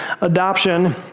adoption